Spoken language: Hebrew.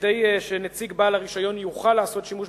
כדי שנציג בעל הרשיון יוכל לעשות שימוש